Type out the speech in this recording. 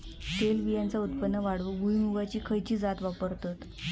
तेलबियांचा उत्पन्न वाढवूक भुईमूगाची खयची जात वापरतत?